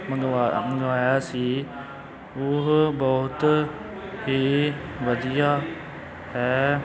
ਮੰਗਵਾ ਮੰਗਾਇਆ ਸੀ ਉਹ ਬਹੁਤ ਹੀ ਵਧੀਆ ਹੈ